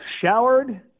showered